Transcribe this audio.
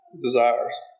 desires